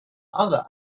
other